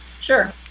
Sure